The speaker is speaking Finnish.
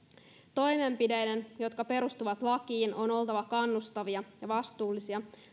toimenpiteiden jotka perustuvat lakiin on oltava kannustavia ja vastuullisia